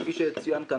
כפי שצוין כאן,